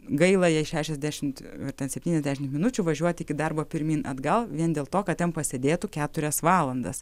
gaila jei šešiasdešimt ar ten septyniasdešim minučių važiuoti iki darbo pirmyn atgal vien dėl to kad ten pasėdėtų keturias valandas